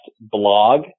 blog